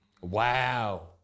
Wow